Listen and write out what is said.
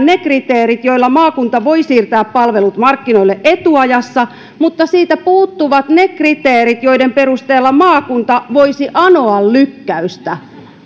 ne kriteerit joilla maakunta voi siirtää palvelut markkinoille etuajassa mutta siitä puuttuvat ne kriteerit joiden perusteella maakunta voisi anoa lykkäystä